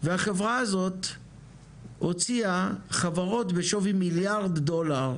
והחברה הזאת הוציאה חברות השווי מיליארד דולר